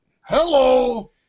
Hello